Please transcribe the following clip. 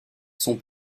sont